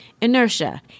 inertia